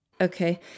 okay